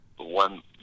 one